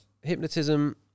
Hypnotism